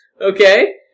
Okay